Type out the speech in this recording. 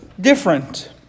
different